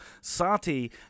Sati